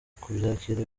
kubyakira